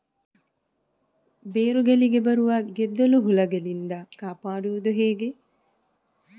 ಬೇರುಗಳಿಗೆ ಬರುವ ಗೆದ್ದಲು ಹುಳಗಳಿಂದ ಕಾಪಾಡುವುದು ಹೇಗೆ?